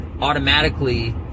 automatically